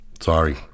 Sorry